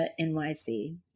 NYC